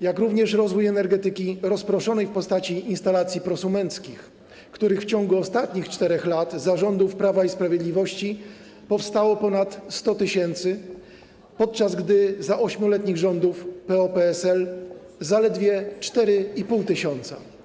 jak również rozwój energetyki rozproszonej w postaci instalacji prosumenckich, których w ciągu ostatnich 4 lat, za rządów Prawa i Sprawiedliwości powstało ponad 100 tys., podczas gdy za 8-letnich rządów PO-PSL zaledwie 4,5 tys.